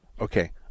okay